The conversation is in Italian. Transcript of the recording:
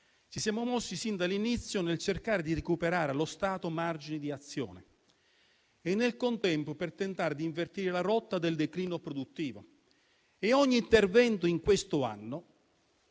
ci siamo mossi sin dall'inizio nel cercare di recuperare allo Stato margini di azione e nel contempo per tentare di invertire la rotta del declino produttivo e ogni intervento in questo anno,